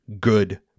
good